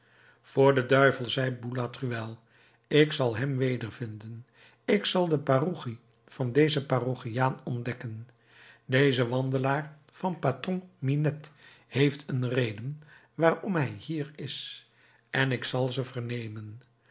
voor den duivel zei boulatruelle ik zal hem wedervinden ik zal de parochie van dezen parochiaan ontdekken deze wandelaar van patron minette heeft een reden waarom hij hier is en ik zal ze vernemen